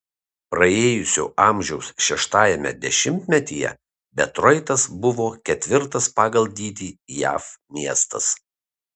paėjusio amžiaus šeštajame dešimtmetyje detroitas buvo ketvirtas pagal dydį jav miestas